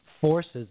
forces